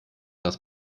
dass